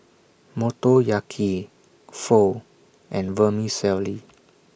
Motoyaki Pho and Vermicelli